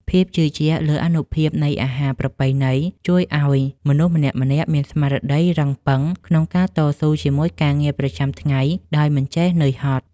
ភាពជឿជាក់លើអានុភាពនៃអាហារប្រពៃណីជួយឱ្យមនុស្សម្នាក់ៗមានស្មារតីរឹងប៉ឹងក្នុងការតស៊ូជាមួយការងារប្រចាំថ្ងៃដោយមិនចេះនឿយហត់។